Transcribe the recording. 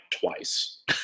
twice